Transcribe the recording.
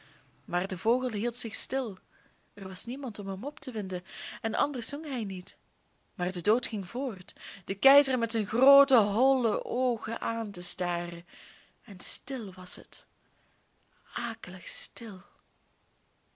maar de vogel hield zich stil er was niemand om hem op te winden en anders zong hij niet maar de dood ging voort den keizer met zijn groote holle oogen aan te staren en stil was het akelig stil